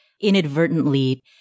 inadvertently